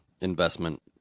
investment